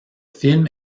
film